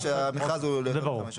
שהמכרז הוא ליותר מחמש שנים.